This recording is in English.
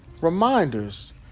Reminders